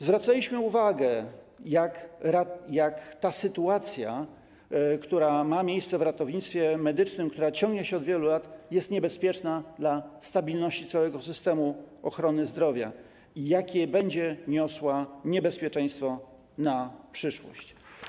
Zwracaliśmy uwagę na to, jak sytuacja w ratownictwie medycznym, która ciągnie się od wielu lat, jest niebezpieczna dla stabilności całego systemu ochrony zdrowia i jakie będzie niosła niebezpieczeństwa na przyszłość.